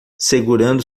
segurando